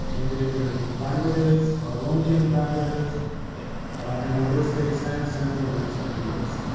endangered languages, algonquian languages and linguistics, and central mexican glyphs.